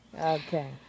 Okay